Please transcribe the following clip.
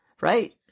Right